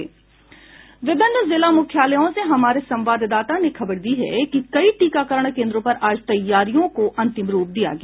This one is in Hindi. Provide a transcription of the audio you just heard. विभिन्न जिला मुख्यालायों से हमारे संवाददाताओं ने खबर दी है कि कई टीकाकरण केन्द्रों पर आज तैयारियों को अंतिम रूप दिया गया